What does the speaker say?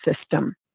system